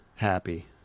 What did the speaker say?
happy